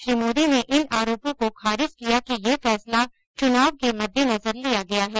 श्री मोदी ने इन आरोपों को खारिज किया कि यह फैसला चुनाव के मद्देनजर लिया गया है